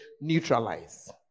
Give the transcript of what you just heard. neutralize